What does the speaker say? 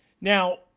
Now